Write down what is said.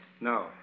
No